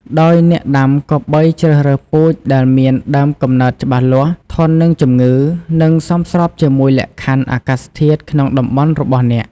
ដោយអ្នកដាំគប្បីជ្រើសរើសពូជដែលមានដើមកំណើតច្បាស់លាស់ ធន់នឹងជំងឺ និងសមស្របជាមួយលក្ខខណ្ឌអាកាសធាតុក្នុងតំបន់របស់អ្នក។